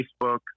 facebook